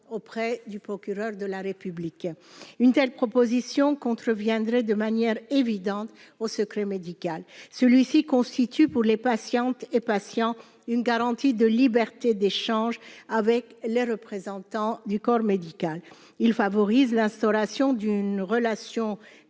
auprès du procureur de la République, une telle proposition contreviendrait de manière évidente au secret médical, celui-ci constitue pour les patientes et patients, une garantie de liberté d'échange avec les représentants du corps médical, il favorise l'instauration d'une relation